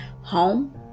home